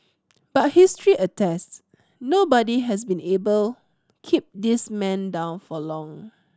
but history attests nobody has been able keep this man down for long